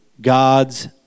God's